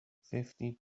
fifty